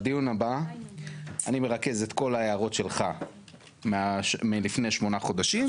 בדיון הבא אני מרכז את כל הערות שלך מלפני שמונה חודשים.